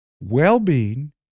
Well-being